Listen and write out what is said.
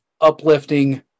uplifting